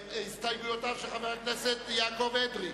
אנחנו מצביעים על הסתייגויותיו של חבר הכנסת יעקב אדרי.